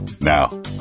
Now